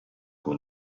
con